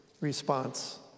response